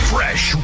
Fresh